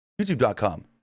YouTube.com